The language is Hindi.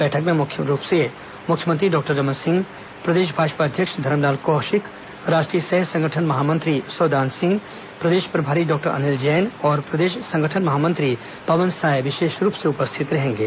बैठक में मुख्य रूप से मुख्यमंत्री डॉक्टर रमन सिंह प्रदेश भाजपा अध्यक्ष धरमलाल कौशिक राष्ट्रीय सह संगठन महामंत्री सौदान सिंह प्रदेश प्रभारी डॉक्टर अनिल जैन और प्रदेश संगठन महामंत्री पवन साय विशेष रूप से उपस्थित रहेंगे